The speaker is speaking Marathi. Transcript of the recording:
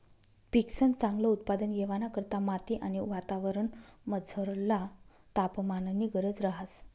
पिकंसन चांगल उत्पादन येवाना करता माती आणि वातावरणमझरला तापमाननी गरज रहास